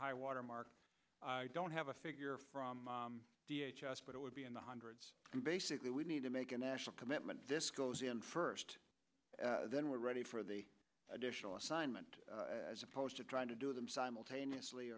high water mark don't have a figure from us but it would be in the hundreds basically we need to make a national commitment this goes in first then we're ready for the additional assignment as opposed to trying to do them simultaneously